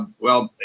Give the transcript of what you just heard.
well,